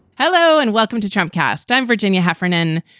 hello and welcome to trump cast. i'm virginia heffernan.